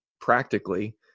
practically